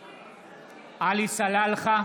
סלאלחה,